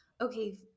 okay